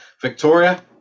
Victoria